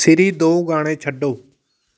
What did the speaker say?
ਸਿਰੀ ਦੋ ਗਾਣੇ ਛੱਡੋ